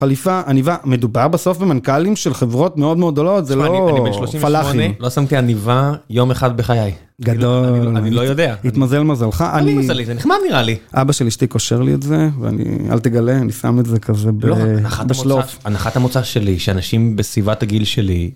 חליפה, עניבה, מדובר בסוף במנכ"לים של חברות מאוד מאוד גדולות, זה לא פלאחי. לא שמתי עניבה יום אחד בחיי. גדול. אני לא יודע. התמזל מזלך, אני... מה זה מזלי, זה נחמד נראה לי. אבא של אשתי קושר לי את זה, ואני... אל תגלה, אני שם את זה כזה בשלוף. הנחת המוצא שלי, שאנשים בסביבת הגיל שלי...